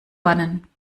bannen